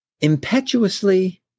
impetuously